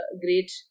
great